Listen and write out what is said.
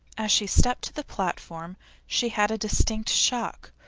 as she stepped to the platform she had a distinct shock,